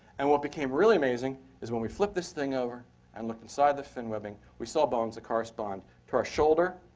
and what became really amazing is when we flipped this thing over and looked inside the fin webbing, we saw bones that correspond to our shoulder,